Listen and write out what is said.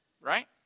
right